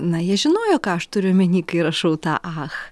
na jie žinojo ką aš turiu omeny kai rašau tą ach